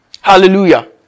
Hallelujah